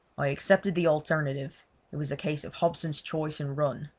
i accepted the alternative it was a case of hobson's choice and run.